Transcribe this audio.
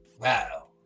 wow